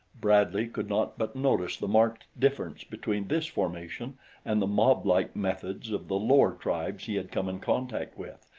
bradley could not but notice the marked difference between this formation and the moblike methods of the lower tribes he had come in contact with,